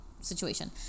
situation